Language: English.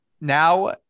Now